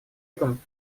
югом